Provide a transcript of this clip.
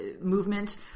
movement